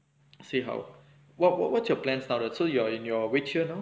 see how what what what's your plan started so you are in your which year now